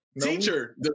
Teacher